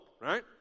right